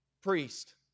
priest